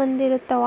ಹೊಂದಿರ್ತವ